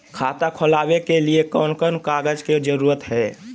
खाता खोलवे के लिए कौन कौन कागज के जरूरत है?